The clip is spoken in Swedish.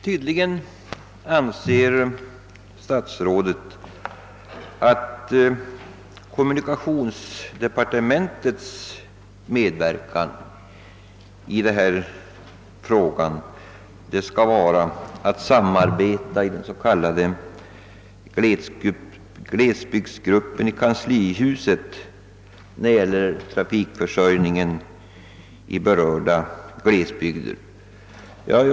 Tydligen anser statsrådet att kommwunikationsdepartementets medverkan skall bestå i samarbete med den s.k. glesbygdsgruppen inom kanslihuset när det gäller trafikförsörjningen i berörda glesbygder.